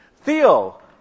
Theo